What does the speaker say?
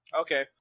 Okay